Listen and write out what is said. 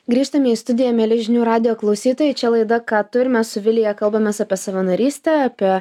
grįžtame į studiją mieli žinių radijo klausytojai čia laida ką tu ir mes su vilija kalbamės apie savanorystę apie